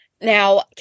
Now